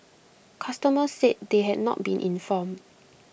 customers said they had not been informed